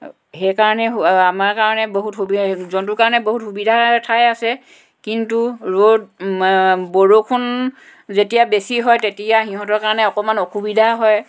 সেইকাৰণে আমাৰ কাৰণে বহুত সুবিধা জন্তুৰ কাৰণে বহুত সুবিধাৰ ঠাই আছে কিন্তু ৰ'দ বৰষুণ যেতিয়া বেছি হয় তেতিয়া সিহঁতৰ কাৰণে অকণমান অসুবিধা হয়